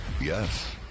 Yes